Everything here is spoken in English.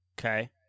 Okay